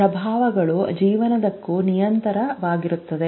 ಪ್ರಭಾವಗಳು ಜೀವನದುದ್ದಕ್ಕೂ ನಿರಂತರವಾಗಿರುತ್ತವೆ